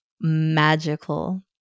magical